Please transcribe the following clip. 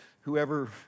whoever